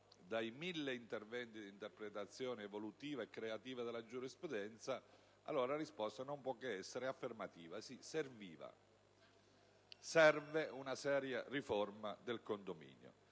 dai mille interventi di interpretazione evolutiva e creativa della giurisprudenza, allora la risposta non può che essere affermativa: sì, serviva, serve una seria riforma del condominio.